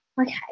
Okay